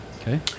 Okay